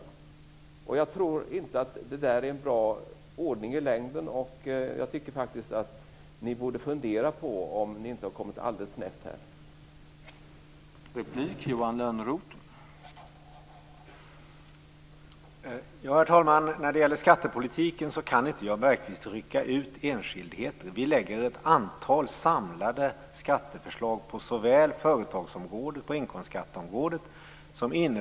Jag tror inte att detta i längden är en bra ordning. Jag tycker faktiskt att ni borde fundera på om ni inte har kommit alldeles snett i detta sammanhang.